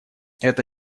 это